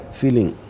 feeling